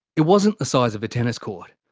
it wasn't the size of a tennis court,